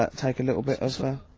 take a little bit of